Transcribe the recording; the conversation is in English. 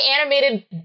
animated